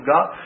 God